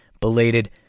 belated